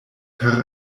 per